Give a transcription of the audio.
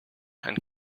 and